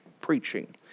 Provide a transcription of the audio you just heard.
preaching